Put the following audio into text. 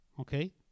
Okay